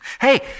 Hey